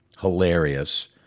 Hilarious